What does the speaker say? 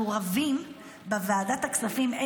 אנחנו רבים בוועדת הכספים,